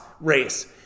race